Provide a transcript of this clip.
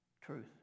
truth